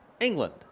England